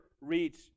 reach